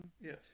Yes